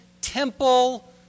temple